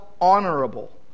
honorable